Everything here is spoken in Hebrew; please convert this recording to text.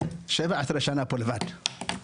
17 שנה פה לבד.